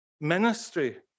Ministry